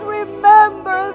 remember